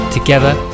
Together